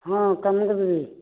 ହଁ କନିକା ଦେବୀ